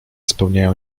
spełniają